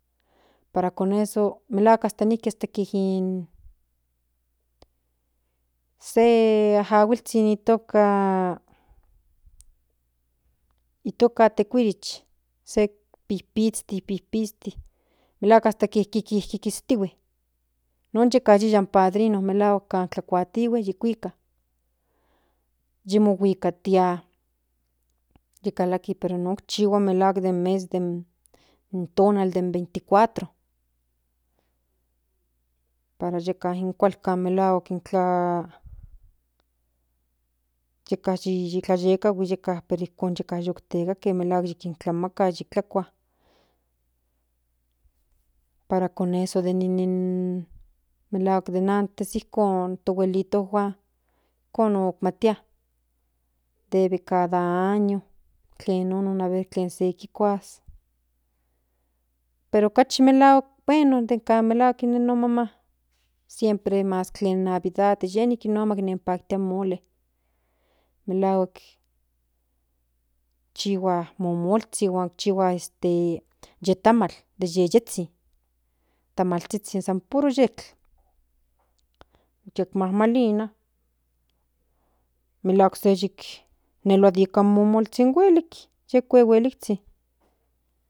Para kon eso melahuak hasta mieke se ajuahilzhin itoka itoka tekuirich se pipishti melahua hasta pipilistihue non yeka yuya in padrino melahuak yi kuatihue yi kuika yi mohuikatia yi kalaki pero no chihuamelahuak den mes den in tonal den 24 para yeka melahuak intla yeka yikihuetahui yeka ijkon yu tekake melahuak yi tlamaka yi tlakua para con eso yi nin melahuak den antes ijkon to buelitojua ijkon matia debe cada año tlen non teln se kikuas paro kachi melahuak bueno den ka no maman siempre mas navidad ine non maman paktia in mole melahuak chihua momolzhin chihua este ye tamal de yeyetsin tamalzhizhin san puro yetl yut mamalina melahuak se molelelua nika momolzhin huelik yi huehueliktsin.